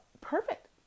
perfect